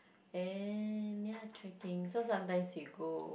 and ya trekking so sometimes we go